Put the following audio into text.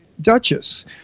duchess